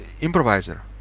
improviser